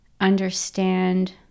understand